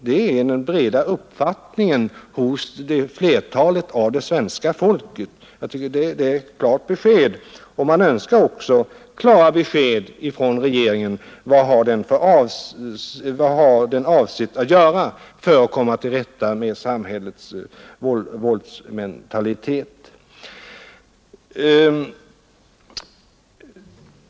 Det är den breda uppfattningen hos flertalet av det svenska folket. Jag tycker det är klart besked. Och man önskar också klart besked från regeringen: Vad har den avsett att göra för att komma till rätta med våldsmentaliteten i samhället?